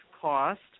cost